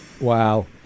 Wow